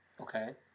okay